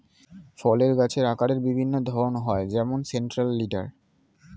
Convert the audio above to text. ফলের গাছের আকারের বিভিন্ন ধরন হয় যেমন সেন্ট্রাল লিডার